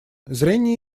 зрение